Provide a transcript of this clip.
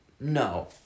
No